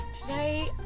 Today